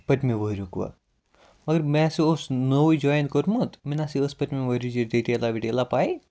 پٔتمہِ ؤریُک وا مَگر مےٚ سا اوس نوٚوُے جوایِن کوٚرمُت مےٚ نہَ سا ٲس پٔتمہِ ؤریِچ یہِ ڈِٹیلا وِٹیلا پےَ